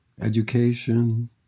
education